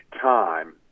time